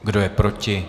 Kdo je proti?